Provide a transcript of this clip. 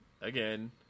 Again